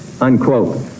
unquote